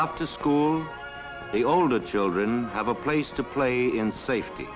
after school the older children have a place to play in safety